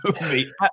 movie